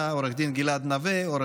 בעד, אין מתנגדים ואין